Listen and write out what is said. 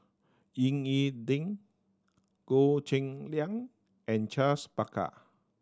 Ying E Ding Goh Cheng Liang and Charles Paglar